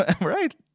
Right